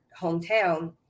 hometown